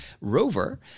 rover